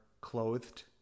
clothed